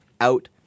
out